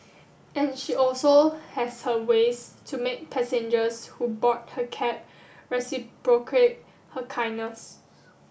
and she also has her ways to make passengers who board her cab reciprocate her kindness